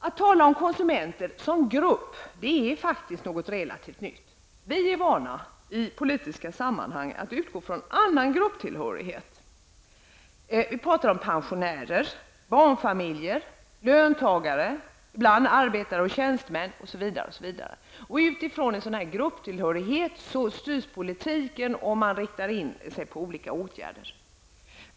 Att tala om konsumenter som grupp är faktiskt något relativt nytt. Vi är vana att i politiska sammanhang utgå från annan grupptillhörighet. Vi pratar om pensionärer, barnfamiljer, löntagare, arbetare, tjänstemän osv. Utifrån en sådan här grupptillhörighet styrs politiken och man riktar in sig på olika åtgärder.